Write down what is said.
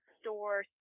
store